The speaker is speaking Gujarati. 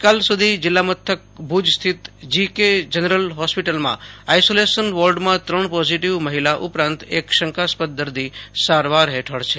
ગઈકાલ સુધી જીલ્લામથક ભુજ સ્થિત જી કે જનરલ હોસ્પીટલમાં આઈસોલેશન વોર્ડમાં ત્રણ પોઝીટીવ મહિલા ઉપરાંત એક શંકાસ્પદ દર્દી સારવાર હેઠળ છે